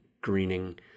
greening